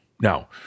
Now